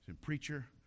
preacher